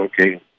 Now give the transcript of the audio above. Okay